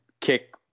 kick